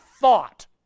thought